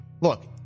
look